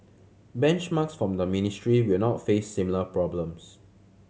benchmarks from the ministry will not face similar problems